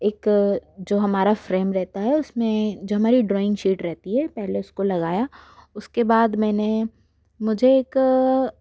एक जो हमारा फ्रेम रेहता है उस में जो हमारी ड्रॉइंग शीट रहती है पहले उसको लगाया उसके बाद मैंने मुझे एक